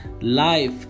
life